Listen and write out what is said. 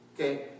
Okay